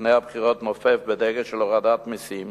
שלפני הבחירות נופף בדגל של הורדת מסים